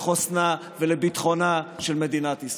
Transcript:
לחוסנה ולביטחונה של מדינת ישראל?